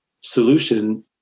solution